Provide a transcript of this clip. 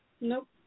Nope